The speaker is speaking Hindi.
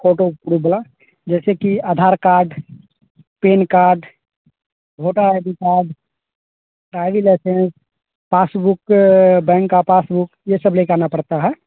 फोटो प्रूप वाला जैसे कि Aadhaar card PAN card voter I D card driving licence passbook bank का पासबुक यह सब लेकर आना पड़ता है